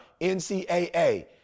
NCAA